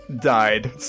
died